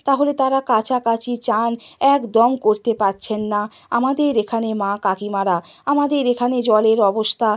তাহলে তারা কাচাকাচি স্নান একদম করতে পারছেন না আমাদের এখানে মা কাকিমারা আমাদের এখানে জলের অবস্থা